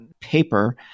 paper